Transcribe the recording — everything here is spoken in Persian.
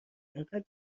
انقد